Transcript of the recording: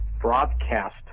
broadcast